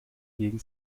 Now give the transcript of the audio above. gegen